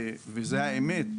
וזאת האמת,